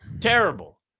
Terrible